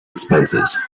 expenses